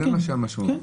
זאת המשמעות.